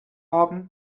haben